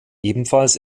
ebenfalls